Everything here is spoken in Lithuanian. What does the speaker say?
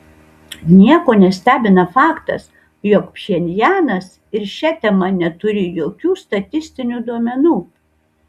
nieko nestebina faktas jog pchenjanas ir šia tema neturi jokių statistinių duomenų